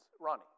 Ronnie